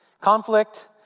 Conflict